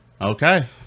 Okay